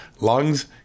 lungs